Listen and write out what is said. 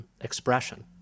expression